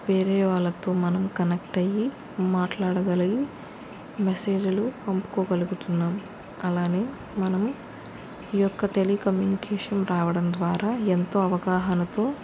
వేరే వాళ్ళతో మనం కనెక్ట్ అయ్యి మాట్లాడగలిగి మెసేజులు పంపుకోగలుగుతున్నాం అలానే మనం ఈ యొక్క టెలికమ్యూనికేషన్ రావడం ద్వారా ఎంతో అవగాహనతో